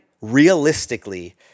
realistically